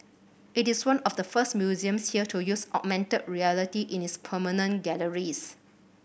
it is one of the first museums here to use augmented reality in its permanent galleries